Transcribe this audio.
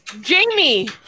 Jamie